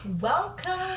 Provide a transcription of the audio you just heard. Welcome